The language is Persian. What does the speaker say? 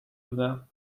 بودم